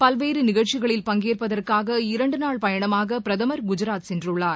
பல்வேறு நிகழ்ச்சிகளில் பங்கேற்பதற்காக இரண்டு நாள் பயணமாக பிரதமர் குஜராத் சென்றுள்ளார்